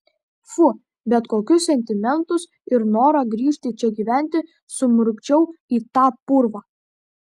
fu bet kokius sentimentus ir norą grįžti čia gyventi sumurgdžiau į tą purvą